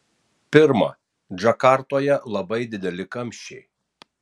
pirma džakartoje labai dideli kamščiai